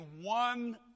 one